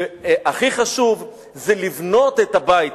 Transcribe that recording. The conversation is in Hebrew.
והכי חשוב זה לבנות את הבית,